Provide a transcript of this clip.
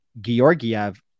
Georgiev